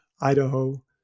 idaho